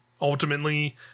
ultimately